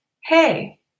hey